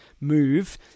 move